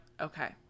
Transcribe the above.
okay